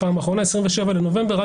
ב-27 בנובמבר.